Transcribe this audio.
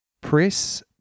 Press